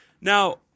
now